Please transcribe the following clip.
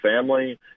family